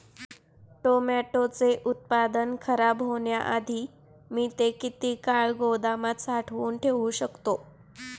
टोमॅटोचे उत्पादन खराब होण्याआधी मी ते किती काळ गोदामात साठवून ठेऊ शकतो?